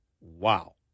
Wow